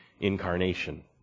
incarnation